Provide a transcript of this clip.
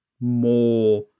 more